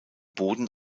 boden